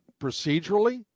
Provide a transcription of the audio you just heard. procedurally